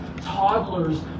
Toddlers